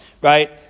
right